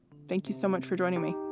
thank you so much for joining me.